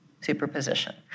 Superposition